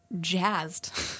jazzed